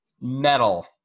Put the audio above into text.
metal